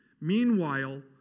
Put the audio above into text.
Meanwhile